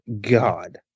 God